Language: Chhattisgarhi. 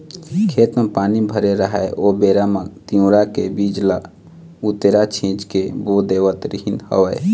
खेत म पानी भरे राहय ओ बेरा म तिंवरा के बीज ल उतेरा छिंच के बो देवत रिहिंन हवँय